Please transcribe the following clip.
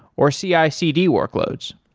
or cicd workloads